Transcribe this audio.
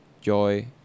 joy